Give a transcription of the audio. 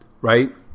Right